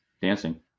Dancing